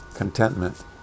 contentment